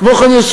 כמו כן,